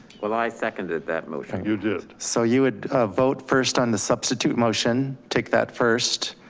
well i seconded that motion. you did. so you would vote first on the substitute motion, take that first.